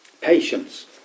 Patience